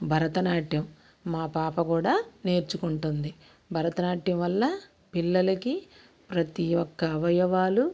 భరతనాట్యం మా పాప కూడా నేర్చుకుంటుంది భరతనాట్యం వల్ల పిల్లలకి ప్రతీ ఒక్క అవయవాలు